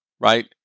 right